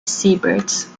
seabirds